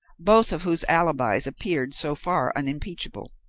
both of whose alibis appeared so far unimpeachable.